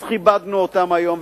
אז כיבדנו אותם היום,